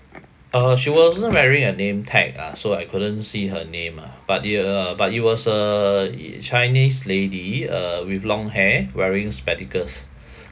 uh she wasn't wearing a name tag ah so I couldn't see her name ah but the uh but it was uh i~ chinese lady uh with long hair wearing spectacles